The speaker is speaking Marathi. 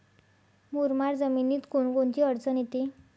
मुरमाड जमीनीत कोनकोनची अडचन येते?